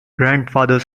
grandfather